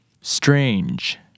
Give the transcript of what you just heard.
strange